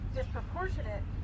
disproportionate